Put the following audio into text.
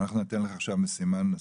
אנחנו ניתן לך עכשיו משימה נוספת,